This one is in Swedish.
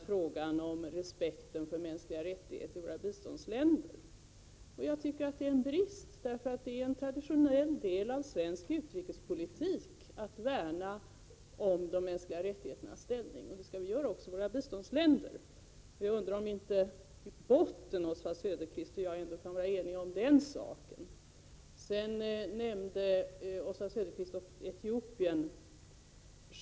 Frågan om respekt för mänskliga rättigheter i våra biståndsländer har inte hävdats tillräckligt väl. Det är en brist, därför att det är en traditionell del av svensk utrikespolitik att värna om de mänskliga rättigheternas ställning, och det skall vi göra också i biståndsländerna. Jag undrar om Oswald Söderqvist och jag ändå inte i grund och botten kan vara eniga om den saken. Oswald Söderqvist tog upp Etiopien.